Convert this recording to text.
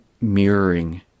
mirroring